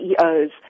CEOs